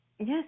Yes